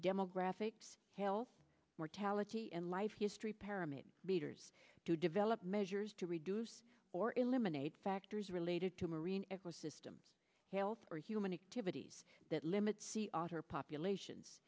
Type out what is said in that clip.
demographics health mortality and life history param it matters to develop measures to reduce or eliminate factors related to marine eco system health or human activities that limit sea otter populations